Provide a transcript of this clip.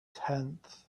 tenth